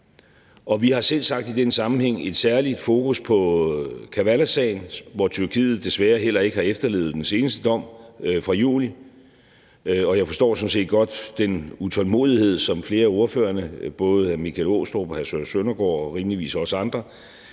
vi har selvsagt i den sammenhæng et særligt fokus på Kavalasagen, hvor Tyrkiet desværre heller ikke har efterlevet den seneste dom fra juli, og jeg forstår sådan set godt den utålmodighed, som flere af ordførerne, både hr. Michael Aastrup Jensen og hr. Søren Søndergaard og rimeligvis også andre,